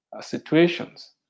situations